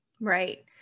right